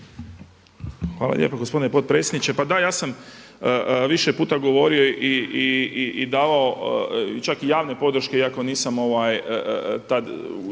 Hvala lijepo gospodine potpredsjedniče. Pa da ja sam više puta govorio i davao čak i javne podrške iako nisam tada